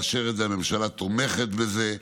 הממשלה תומכת בזה.